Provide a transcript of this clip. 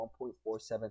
$1.47